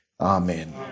Amen